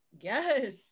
Yes